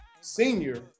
senior